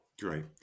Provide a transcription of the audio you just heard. Great